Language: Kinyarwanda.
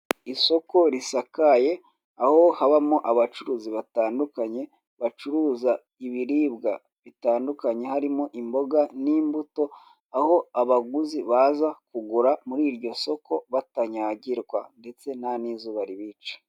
Isoko risakaye aho habamo abacuruzi batandukanye bacuruza ibiribwa bitandukanye harimo imboga n'imbuto aho abaguzi baza kugura muriryo soko batanyagirwa ndetse ntanizuba ribishe.